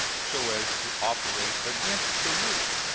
so as to operate against peru,